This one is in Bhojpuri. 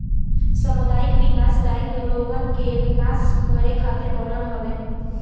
सामुदायिक विकास बैंक लोगन के विकास करे खातिर बनल हवे